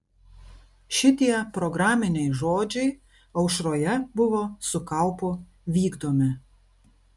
šitie programiniai žodžiai aušroje buvo su kaupu vykdomi